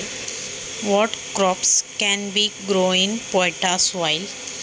पोयटा मातीमध्ये कोणते पीक घेऊ शकतो?